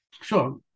Sure